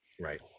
Right